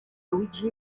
luigi